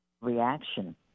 reaction